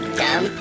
dumb